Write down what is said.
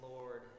Lord